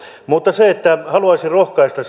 mutta haluaisin rohkaista